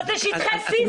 אבל זה שטחי C,